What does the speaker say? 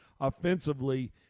offensively